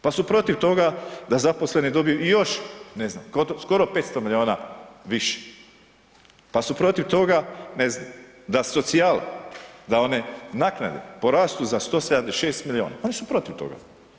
Pa su protiv toga da zaposleni dobiju i još ne znam skoro 500 milijuna više, pa su protiv toga, ne znam da su socijala da one naknade porastu za 176 milijuna, oni su protiv toga.